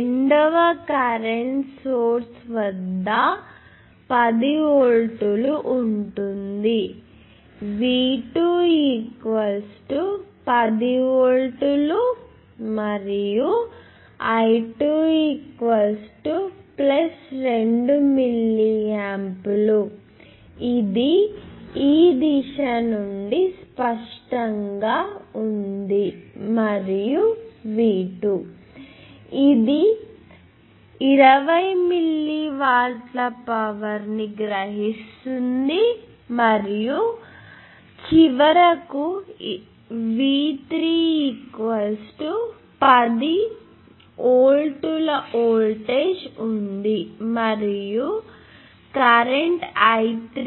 రెండవ current source వద్ద 10 వోల్ట్లు ఉంటుంది V2 10 వోల్ట్లు మరియు I2 ప్లస్ 2 మిల్లీయాంప్లు ఇది ఈ దిశ నుండి స్పష్టంగా ఉంది మరియు V2 ఇది 20 మిల్లీ వాట్ల పవర్ ని గ్రహిస్తుంది మరియు చివరకు V3 10 వోల్టుల వోల్టేజ్ ఉంది మరియు కరెంట్ I3